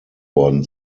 worden